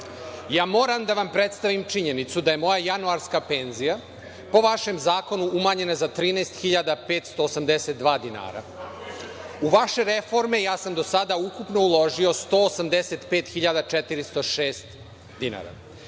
moram da vam predstavim činjenicu da je moja januarska penzija po vašem zakonu umanjena za 13.582. dinara. U vaše reforme ja sam do sada ukupno uložio 185.406. dinara.